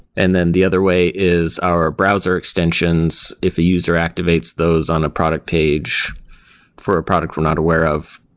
and then the other way is our browser extensions. if a user activates those on a product page for a product we're not aware of,